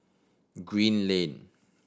Green Lane